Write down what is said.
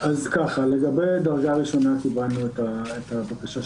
לגבי דרגה ראשונה, קיבלנו את הבקשה.